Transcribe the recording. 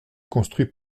construit